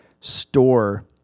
store